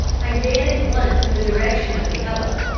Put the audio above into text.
i ran at once in the direction of the hubbub,